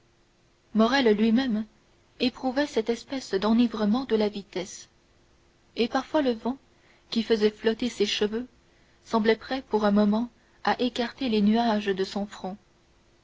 morrel lui-même éprouvait cette espèce d'enivrement de la vitesse et parfois le vent qui faisait flotter ses cheveux semblait prêt pour un moment à écarter les nuages de son front